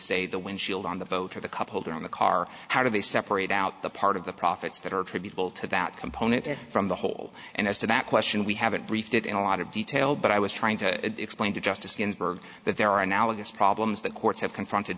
say the windshield on the boat or the cup holder on the car how do they separate out the part of the profits that are attributable to that component from the whole and as to that question we haven't reached it in a lot of detail but i was trying to explain to justice ginsburg that there are analogous problems that courts have confronted